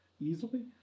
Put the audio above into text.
Easily